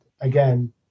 again